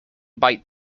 bite